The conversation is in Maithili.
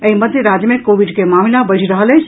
एहि मध्य राज्य मे कोविड के मामिला वढि रहल अछि